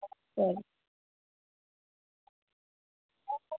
ಸರಿ